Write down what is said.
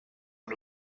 amb